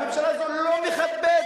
הממשלה הזאת לא מכבדת,